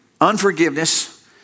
unforgiveness